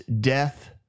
death